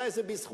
אולי זה בזכותי,